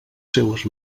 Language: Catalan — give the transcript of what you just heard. seues